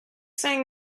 saying